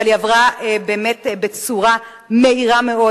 אבל היא עברה באמת בצורה מהירה מאוד